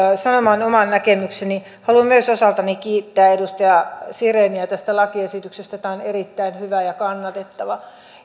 sanomaan oman näkemykseni haluan myös osaltani kiittää edustaja sireniä tästä lakiesityksestä tämä on erittäin hyvä ja kannatettava